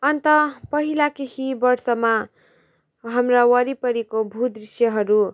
अन्त पहिला केही वर्षमा हाम्रा वरिपरिको भूदृश्यहरू